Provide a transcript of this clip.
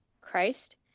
Christ